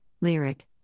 Lyric